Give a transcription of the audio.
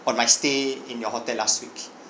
on my stay in your hotel last week